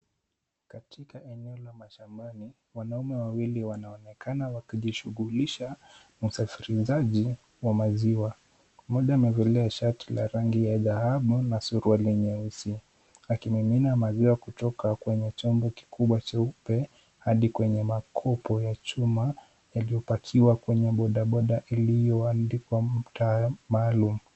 Katika eneo la mashambani, wanaume wawili wanaonekana wakijishugulisha na usafirishaji wa maziwa. Mmoja amevalia shati la rangi ya dhahabu na suruali nyeusi akimimina maziwa kutoka kwenye chombo kikubwa cheupe hadi kwenye makopo ya chuma yaliyopakiwa kwenye bodaboda iliyoandikwa mtaa maalum.